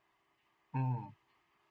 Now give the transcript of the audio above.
oh okay